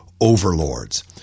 overlords